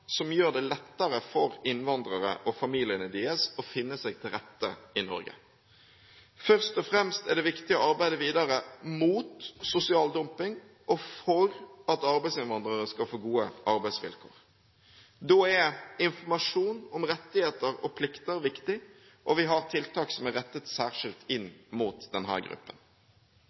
som gjør det lettere for innvandrere og familiene deres å finne seg til rette i Norge. Først og fremst er det viktig å arbeide videre mot sosial dumping og for at arbeidsinnvandrerne skal få gode arbeidsvilkår. Da er informasjon om rettigheter og plikter viktig, og vi har tiltak som er rettet særskilt mot denne gruppen.